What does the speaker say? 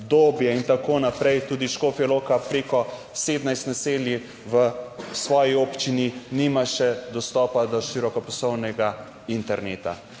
in tako naprej, tudi Škofja Loka, preko 17 naselij v svoji občini nima še dostopa do širokopasovnega interneta